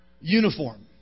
uniform